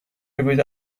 بگویید